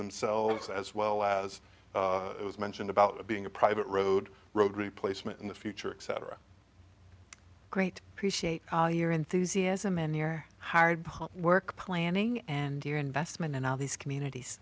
themselves as well as was mentioned about being a private road road replacement in the future etc great appreciate your enthusiasm and your hard work planning and your investment in all these communities